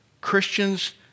Christians